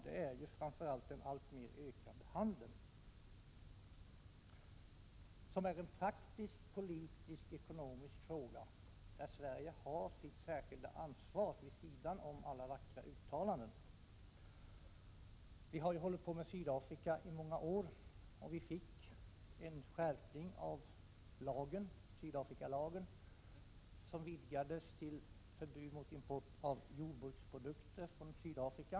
Det är framför allt fråga om den alltmer ökande handeln, som är en praktisk, politisk och ekonomisk fråga där Sverige har sitt särskilda ansvar vid sidan om alla vackra uttalanden. Vi har ju diskuterat Sydafrika i många år. Vi fick till en skärpning av Sydafrikalagen, som vidgades till förbud mot import av jordbruksprodukter från Sydafrika.